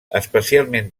especialment